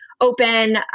Open